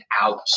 out